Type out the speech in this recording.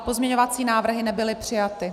Pozměňovací návrhy nebyly přijaty.